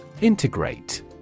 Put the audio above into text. Integrate